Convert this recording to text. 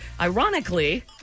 ironically